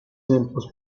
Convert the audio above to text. tiempos